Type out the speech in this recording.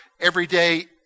everyday